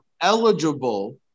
eligible